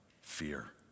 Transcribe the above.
fear